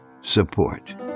support